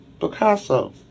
Picasso